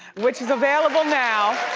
which is available now.